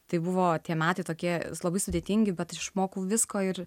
tai buvo tie metai tokie labai sudėtingi bet išmokau visko ir